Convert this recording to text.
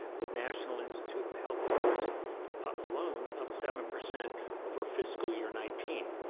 but national institute of health awards alone of seven percent over fiscal year nineteen.